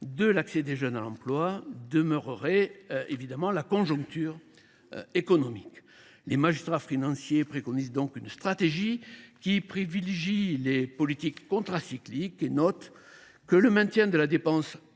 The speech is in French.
de l’accès des jeunes à l’emploi demeure la conjoncture économique. Les magistrats financiers préconisent donc une stratégie qui privilégie les politiques contracycliques et notent que le maintien de la dépense à un